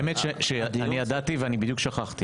הקליטה והתפוצות): האמת שאני ידעתי ואני בדיוק שכחתי...